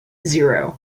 zero